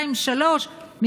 14:00,